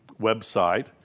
website